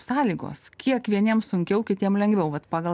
sąlygos kiek vieniems sunkiau kitiem lengviau vat pagal